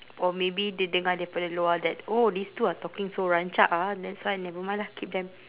or maybe dia dengar daripada luar that oh these two are talking so rancak ah that's why nevermind lah keep them